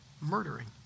murdering